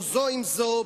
או זו עם זו,